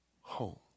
home